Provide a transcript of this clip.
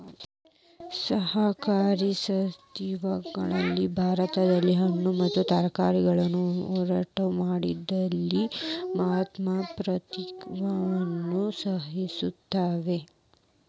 ಸಹಕಾರಿ ಸಂಸ್ಥೆಗಳು ಭಾರತದಲ್ಲಿ ಹಣ್ಣು ಮತ್ತ ತರಕಾರಿಗಳ ಒಟ್ಟಾರೆ ಮಾರಾಟದಲ್ಲಿ ಮಹತ್ವದ ಪಾತ್ರವನ್ನು ವಹಿಸುತ್ತವೆ